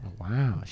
Wow